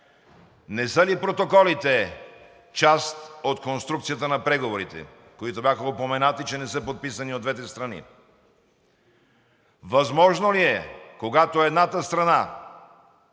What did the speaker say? не са ли протоколите част от конструкцията на преговорите, които бяха упоменати, че не са подписани от двете страни? Възможно ли е, когато едната страна,